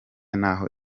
n’aho